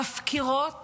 מפקירות